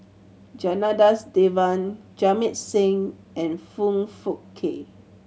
Janadas Devan Jamit Singh and Foong Fook Kay